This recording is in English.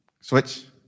Switch